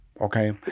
Okay